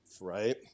right